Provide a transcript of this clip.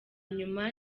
nyuma